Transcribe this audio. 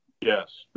Yes